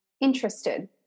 interested